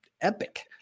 epic